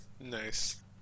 nice